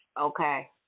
Okay